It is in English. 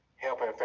Helping